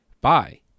Bye